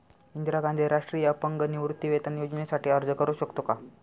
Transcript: इंदिरा गांधी राष्ट्रीय अपंग निवृत्तीवेतन योजनेसाठी अर्ज करू शकतो का?